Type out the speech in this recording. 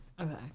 Okay